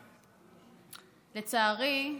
לצערי,